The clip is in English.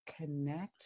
connect